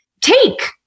take